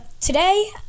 today